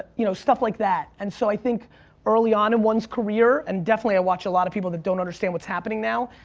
you know, stuff like that. and so i think early on in one's career, and definitely i watch a lot of people that don't understand what's happening now,